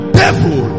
devil